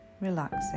relaxing